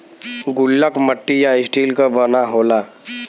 गुल्लक मट्टी या स्टील क बना होला